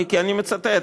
מיקי, אני מצטט: